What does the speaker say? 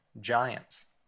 giants